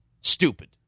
Stupid